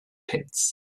pits